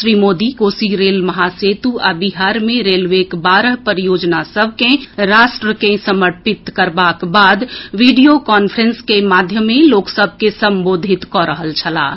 श्री मोदी कोसी रेल महासेतु आ बिहार मे रेलवेक बारह परियोजना सभ के राष्ट्र के समर्पित करबाक बाद वीडियो कांफ्रेंस के माध्यमे लोक सभ के संबोधित कऽ रहल छलाह